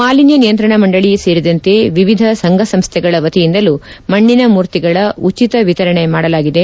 ಮಾಲಿನ್ಯ ನಿಯಂತ್ರಣ ಮಂಡಳಿ ಸೇರಿದಂತೆ ವಿವಿಧ ಸಂಘಸಂಸ್ಥೆಗಳ ವತಿಯಿಂದಲೂ ಮಣ್ಣಿನ ಮೂರ್ತಿಗಳ ಉಚಿತ ವಿತರಣೆ ಮಾಡಲಾಗಿದೆ